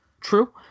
true